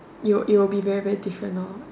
you would you would be very very different lor